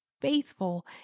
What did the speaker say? faithful